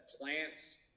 plants